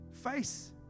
face